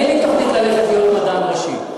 אין לי תוכנית ללכת להיות מדען ראשי.